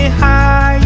high